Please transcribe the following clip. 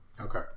Okay